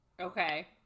okay